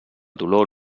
dolor